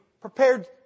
prepared